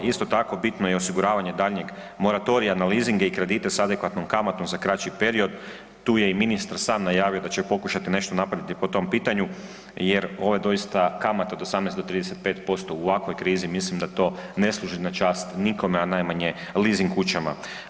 Isto tako bitno je i osiguravanje daljnjeg moratorija na leasinge i kredite s adekvatnom kamatom za kraći period, tu je i ministar sam najavio da će pokušati nešto napraviti po tom pitanju, jer ova doista kamata od 18-35% u ovakvoj krizi, mislim da to ne služi na čast nikome, a najmanje leasing kućama.